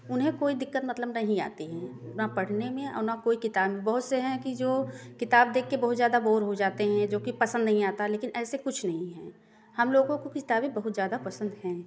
उन्हें कोई दिक्कत मतलब नहीं आती है न पढ़ने में और न कोई किताब में बहुत से हैं कि जो किताब देख कर बहुत ज्यादा बोर हो जाते हैं जो कि पसंद नहीं आता लेकिन ऐसे कुछ नहीं है हम लोगों को किताबें बहुत ज्यादा पसंद हैं